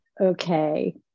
Okay